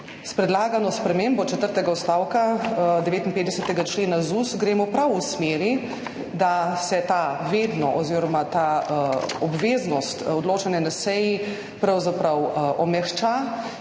S predlagano spremembo četrtega odstavka 59. člena ZUS gremo prav v smeri, da se ta obveznost odločanja na seji pravzaprav omehča